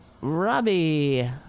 Robbie